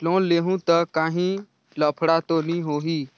Loan लेहूं ता काहीं लफड़ा तो नी होहि?